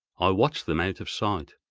i watched them out of sight,